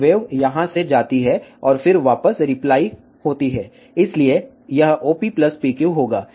तो वेव यहां से जाती है और फिर वापस रिप्लाई होती है इसलिए यह OP PQ होगा